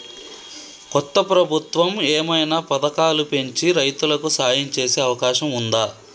కొత్త ప్రభుత్వం ఏమైనా పథకాలు పెంచి రైతులకు సాయం చేసే అవకాశం ఉందా?